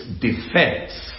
defense